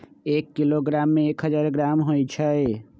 एक किलोग्राम में एक हजार ग्राम होई छई